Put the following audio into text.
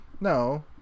No